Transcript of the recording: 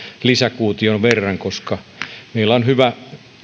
lisäkuution verran koska meillä on hyvä